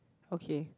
okay